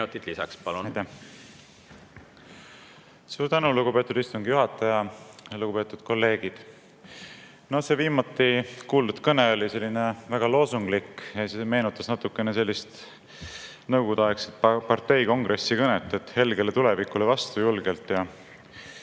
Suur tänu, lugupeetud istungi juhataja! Lugupeetud kolleegid! See viimati kuuldud kõne oli selline loosunglik, meenutas isegi natukene nõukogudeaegset parteikongressi kõnet, et helgele tulevikule vastu julgelt,